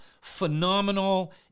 phenomenal